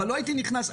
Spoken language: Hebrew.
אבל לא הייתי נכנס,